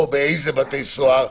או באיזה בתי סוהר,